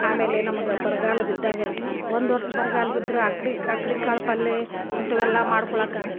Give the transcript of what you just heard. ಆಮೇಲೆ ನಮ್ಗೆ ಬರ್ಗಾಲ ಬಿದ್ದಾಗ ಒಂದು ವರ್ಷ ಬರಗಾಲ ಬಿದ್ರೆ ಆಕ್ಡಿ ಆಕ್ಡಿ ಕಾಳು ಪಲ್ಯೆ ಇಂಥವೆಲ್ಲ ಮಾಡ್ಕೊಳಕ್ಕೆ